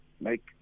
make